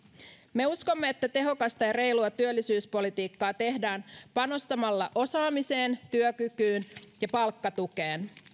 me uskomme että tehokasta ja reilua työllisyyspolitiikkaa tehdään panostamalla osaamiseen työkykyyn ja palkkatukeen